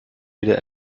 wieder